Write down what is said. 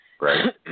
Right